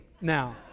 now